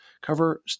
cover